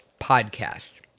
podcast